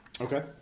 Okay